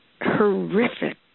horrific